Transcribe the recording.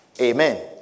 Amen